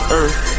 earth